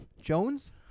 Jones